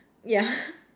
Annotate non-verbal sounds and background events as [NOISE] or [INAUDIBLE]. yeah [LAUGHS]